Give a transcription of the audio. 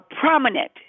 prominent